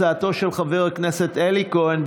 הצעתו של חבר הכנסת אלי כהן.